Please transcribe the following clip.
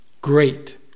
Great